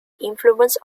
influence